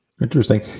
Interesting